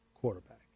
quarterback